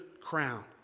crown